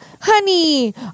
honey